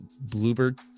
Bluebird